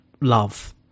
love